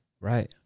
right